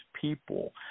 people